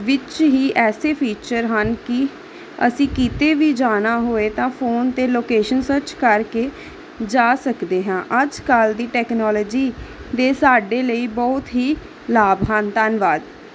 ਵਿੱਚ ਹੀ ਐਸੇ ਫੀਚਰ ਹਨ ਕਿ ਅਸੀਂ ਕਿਤੇ ਵੀ ਜਾਣਾ ਹੋਏ ਤਾਂ ਫੋਨ 'ਤੇ ਲੋਕੇਸ਼ਨ ਸਰਚ ਕਰਕੇ ਜਾ ਸਕਦੇ ਹਾਂ ਅੱਜ ਕੱਲ੍ਹ ਦੀ ਟੈਕਨੋਲੋਜੀ ਦੇ ਸਾਡੇ ਲਈ ਬਹੁਤ ਹੀ ਲਾਭ ਹਨ ਧੰਨਵਾਦ